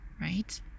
right